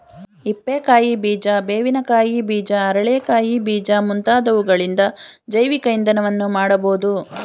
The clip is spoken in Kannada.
ಹಿಪ್ಪೆ ಕಾಯಿ ಬೀಜ, ಬೇವಿನ ಕಾಯಿ ಬೀಜ, ಅರಳೆ ಕಾಯಿ ಬೀಜ ಮುಂತಾದವುಗಳಿಂದ ಜೈವಿಕ ಇಂಧನವನ್ನು ಮಾಡಬೋದು